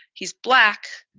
he's black.